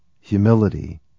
Humility